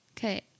Okay